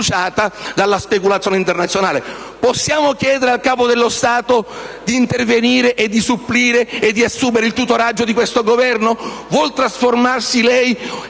Possiamo chiedere al Capo dello Stato di intervenire, supplire ed assumere il tutoraggio di questo Governo? È quello da lei